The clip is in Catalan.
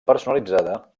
personalitzada